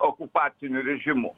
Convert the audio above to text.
okupaciniu režimu